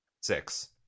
six